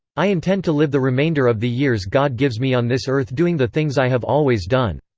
i intend to live the remainder of the years god gives me on this earth doing the things i have always done.